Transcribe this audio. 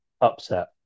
upset